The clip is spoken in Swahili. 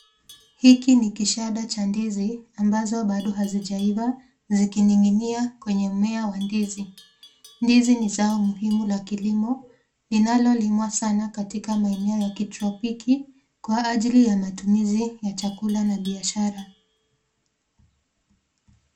Hiki ni kishanda cha ndizi ambazo bado hazijaiva zikining'inia kwenye mmea wa ndizi. Ndizi ni zao muhimu la kilimo linalolimwa sana katika maeneo ya kitropiki kwa ajili ya matumizi ya chakula na biashara.